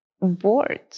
bored